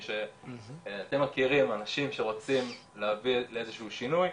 אם אתם מכירים אנשים שרוצים להביא לאיזה שהוא שינוי,